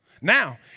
Now